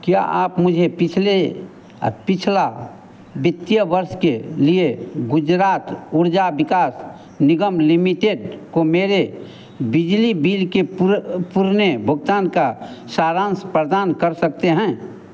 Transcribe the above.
क्या आप मुझे पिछले और पिछले वित्तीय वर्ष के लिए गुजरात ऊर्जा विकास निगम लिमिटेड को मेरे बिजली बिल के पुर पुराने भुगतान का सारांश प्रदान कर सकते हैं